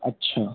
अच्छा